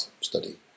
study